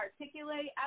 articulate